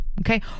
okay